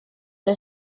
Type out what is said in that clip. der